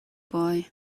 boy